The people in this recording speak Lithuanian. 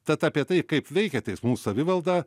tad apie tai kaip veikia teismų savivalda